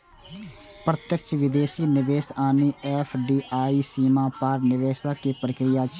प्रत्यक्ष विदेशी निवेश यानी एफ.डी.आई सीमा पार निवेशक प्रक्रिया छियै